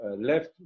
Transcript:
left